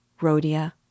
Rhodia